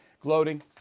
gloating